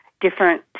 different